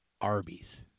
Arby's